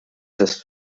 ist